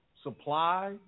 supply